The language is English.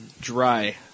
Dry